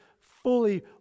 fully